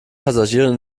passagieren